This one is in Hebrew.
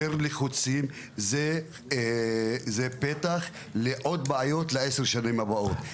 יותר לחוצים זה פתח לעוד בעיות לעשר השנים הבאות.